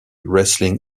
wrestling